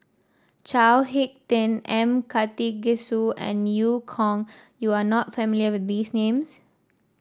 Chao HicK Tin M Karthigesu and Eu Kong you are not familiar with these names